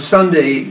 Sunday